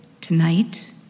tonight